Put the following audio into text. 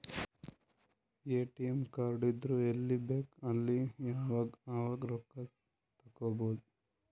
ATM card ಇದ್ದುರ್ ಎಲ್ಲಿ ಬೇಕ್ ಅಲ್ಲಿ ಯಾವಾಗ್ ಅವಾಗ್ ರೊಕ್ಕಾ ತೆಕ್ಕೋಭೌದು